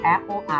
Apple